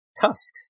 Tusk's